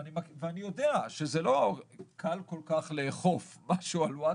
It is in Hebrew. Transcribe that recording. ואני יודע שזה לא קל כל כך לאכוף משהו על ווטסאפ,